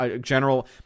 General